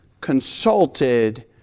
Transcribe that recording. consulted